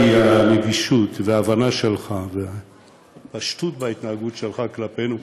כי הנגישות וההבנה שלך והפשטות בהתנהגות שלך כלפינו,